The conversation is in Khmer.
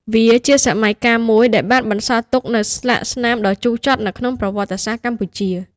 វាជាសម័យកាលមួយដែលបានបន្សល់ទុកនូវស្លាកស្នាមដ៏ជូរចត់នៅក្នុងប្រវត្តិសាស្ត្រកម្ពុជា។